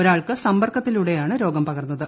ഒരാൾക്ക് സമ്പർക്കത്തിലൂടെയാണ് രോഗം പകർന്നത്